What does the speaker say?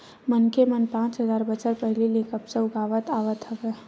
मनखे मन पाँच हजार बछर पहिली ले कपसा उगावत आवत हवय